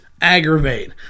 aggravate